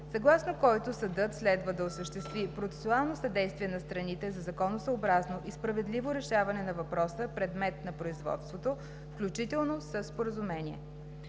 съгласно който съдът следва да осъществи процесуално съдействие на страните за законосъобразно и справедливо решаване на въпроса – предмет на производството, включително със споразумение.